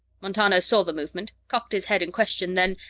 montano saw the movement, cocked his head in question then,